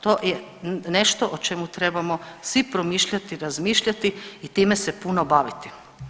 To je nešto o čemu trebamo svi promišljati, razmišljati i time se puno baviti.